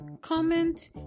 comment